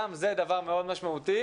גם זה דבר מאוד משמעותי.